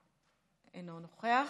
אינו נוכח.